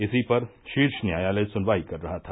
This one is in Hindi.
इसी पर शीर्ष न्यायालय सुनवाई कर रहा था